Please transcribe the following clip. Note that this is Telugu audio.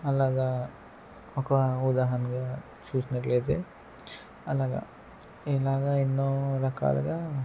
అలాగా ఒక ఉదాహరణగా చూసినట్లయితే అలాగ ఇలాగ ఎన్నో రకాలుగా